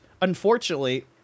unfortunately